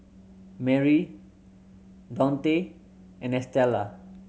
Merri Daunte and Estella